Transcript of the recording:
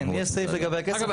כן, יש סעיף לגבי הכסף, הוא